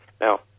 Now